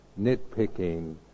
nitpicking